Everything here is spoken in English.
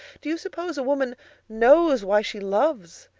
do you suppose a woman knows why she loves?